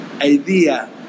idea